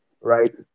Right